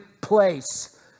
place